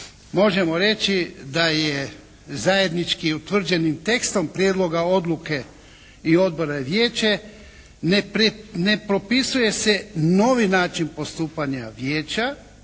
možemo reći da je zajednički utvrđenim tekstom prijedloga odluke i odbora i vijeće ne propisuje se novi način postupanja vijeća,